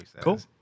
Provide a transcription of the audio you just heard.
Cool